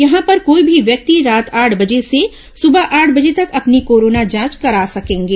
यहां पर कोई भी व्यक्ति रात आठ बजे से सुबह आठ बजे तक अपनी कोरोना जांच करा सकेंगे